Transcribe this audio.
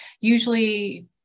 usually